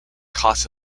cost